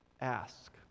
ask